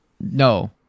No